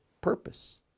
purpose